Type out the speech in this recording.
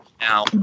now